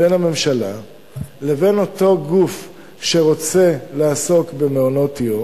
בין הממשלה לבין אותו גוף שרוצה לעסוק במעונות-יום,